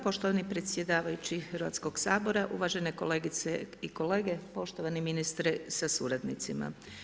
Poštovani predsjedavajući Hrvatskoga sabora, uvažene kolegice i kolege, poštovani ministre sa suradnicima.